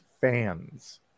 fans